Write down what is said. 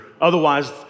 Otherwise